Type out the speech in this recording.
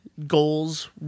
Goals